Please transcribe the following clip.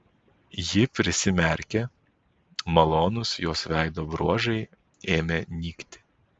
ji prisimerkė malonūs jos veido bruožai ėmė nykti